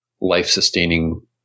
life-sustaining